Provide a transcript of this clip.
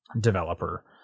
developer